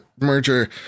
merger